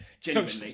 genuinely